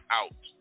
out